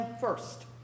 first